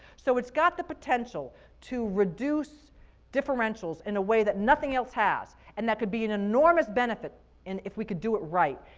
so it's got the potential to reduce differentials in a way that nothing else has, and that could be an enormous benefit and if we could do it right.